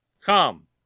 Come